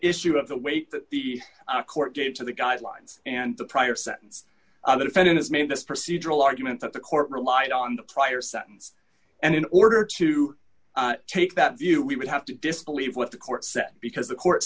issue of the weight that the court gave to the guidelines and the prior sentence and if it is made this procedural argument that the court relied on the prior sentence and in order to take that view we would have to disbelieve what the court said because the court